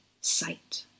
sight